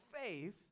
faith